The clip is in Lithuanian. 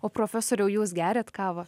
o profesoriau jūs geriat kavą